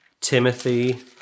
Timothy